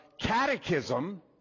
catechism